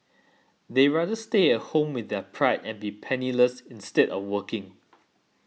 they rather stay at home with their pride and be penniless instead of working